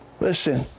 Listen